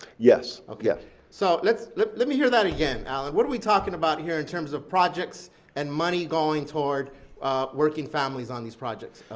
yes. yeah so let let me hear that again, alan. what are we talking about here in terms of projects and money going toward working families on these projects?